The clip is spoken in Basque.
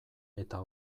eta